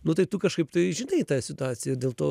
nu tai tu kažkaip tai žinai tą situaciją dėl to